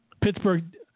Pittsburgh